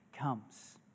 comes